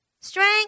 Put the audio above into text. Strength